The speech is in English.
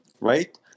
Right